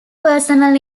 personal